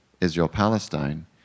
Israel-Palestine